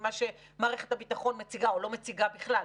מה שמערכת הביטחון מציגה או לא מציגה בכלל,